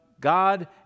God